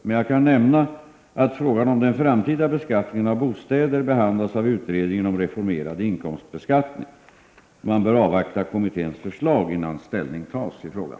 Men jag kan nämna att frågan om den framtida beskattningen av bostäder behandlas av utredningen om reformerad inkomstbeskattning. Man bör avvakta kommitténs förslag innan ställning tas i frågan.